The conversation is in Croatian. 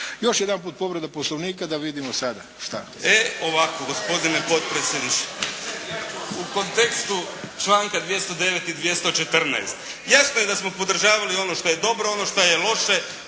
Još jedanput povreda Poslovnika, da vidimo sada šta